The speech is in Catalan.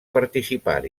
participar